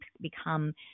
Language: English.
become